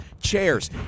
chairs